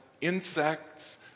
insects